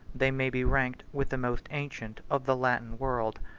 they may be ranked with the most ancient of the latin world.